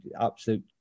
absolute